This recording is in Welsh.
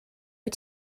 wyt